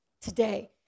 today